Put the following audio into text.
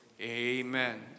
Amen